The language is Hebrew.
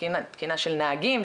תקינה של נהגים,